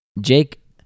Jake